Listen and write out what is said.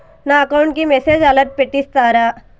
నా అకౌంట్ కి message alert పెట్టిస్తారా